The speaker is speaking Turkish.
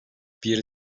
bir